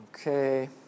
Okay